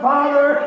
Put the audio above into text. Father